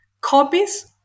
copies